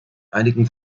einigen